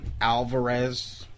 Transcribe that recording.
Alvarez